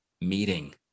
meeting